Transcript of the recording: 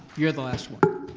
you're the last one.